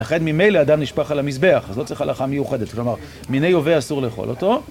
אחד ממילא, הדם נשפך על המזבח, אז לא צריך הלכה מיוחדת. כלומר, מיני יובה אסור לאכול אותו.